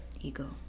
Ego